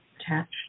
attached